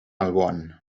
alboan